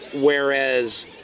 whereas